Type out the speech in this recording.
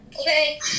Okay